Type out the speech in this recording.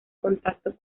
contacto